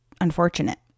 unfortunate